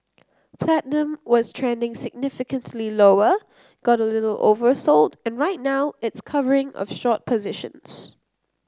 platinum was trending significantly lower got a little oversold and right now it's covering of short positions